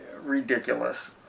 ridiculous